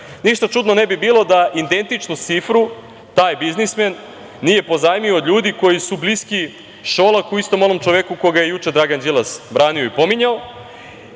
Ništa čudno ne bi bilo da identičnu cifru taj biznismen nije pozajmio od ljudi koji su bliski Šolaku, istom onom čoveku koga je Dragan Đilas branio i pominjao.